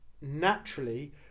naturally